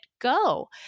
Go